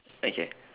okay